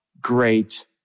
great